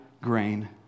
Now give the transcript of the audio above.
grain